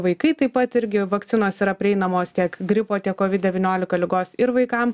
vaikai taip pat irgi vakcinos yra prieinamos tiek gripo tiek kovid devyniolika ligos ir vaikam